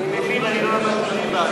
אני מבין, אני לא למדתי ליבה,